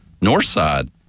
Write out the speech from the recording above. Northside